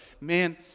man